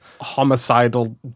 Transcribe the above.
homicidal